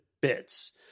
bits